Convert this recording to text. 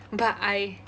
but I